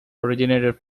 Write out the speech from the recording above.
originated